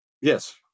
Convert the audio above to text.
Yes